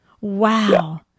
Wow